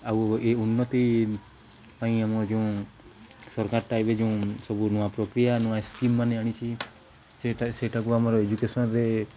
ଆଉ ଏଇ ଉନ୍ନତି ପାଇଁ ଆମର ଯେଉଁ ସରକାର ଟାଇପ୍ ଯେଉଁ ସବୁ ନୂଆ ପ୍ରକ୍ରିୟା ନୂଆ ସ୍କିମ୍ ମାନେ ଆଣିଛି ସେଇଟା ସେଇଟାକୁ ଆମର ଏଜୁକେସନ୍ରେ